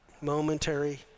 momentary